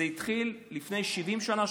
זה התחיל לפני 70 שנה,